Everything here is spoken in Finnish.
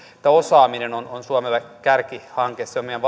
osaaminen on suomelle kärkihanke se on meidän